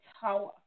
tower